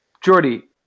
Jordy